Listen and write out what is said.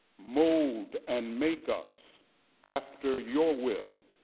mold and make us after your will.